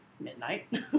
midnight